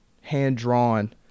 hand-drawn